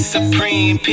Supreme